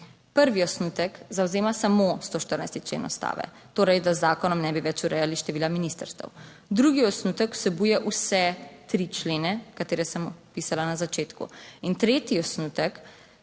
Prvi osnutek zavzema samo 114. člen Ustave, torej da z zakonom ne bi več urejali števila ministrstev. Drugi osnutek vsebuje vse tri člene, katere sem opisala na začetku in tretji osnutek